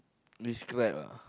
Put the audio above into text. describe ah